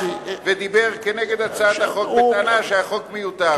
ודיבר נגד הצעת החוק בטענה שהחוק מיותר.